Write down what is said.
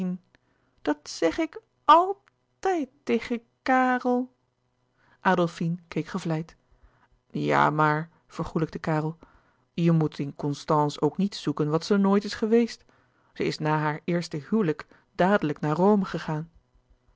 dat zeg ik àltijd tegen kàrel adolfine keek gevleid ja maar vergoêlijkte karel je moet in louis couperus de boeken der kleine zielen constance ook niet zoeken wat ze nooit is geweest ze is na haar eerste huwelijk dadelijk naar rome gegaan